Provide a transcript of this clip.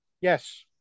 Yes